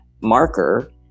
marker